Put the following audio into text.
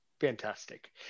Fantastic